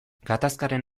gatazkaren